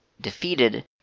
defeated